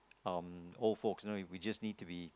um old folks you know we just need to be